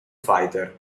fighter